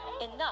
enough